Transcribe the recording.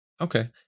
Okay